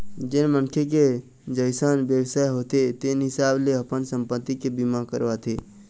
जेन मनखे के जइसन बेवसाय होथे तेन हिसाब ले अपन संपत्ति के बीमा करवाथे